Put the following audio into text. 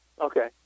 okay